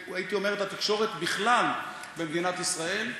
והייתי אומר את התקשורת בכלל במדינת ישראל,